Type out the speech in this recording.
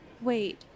wait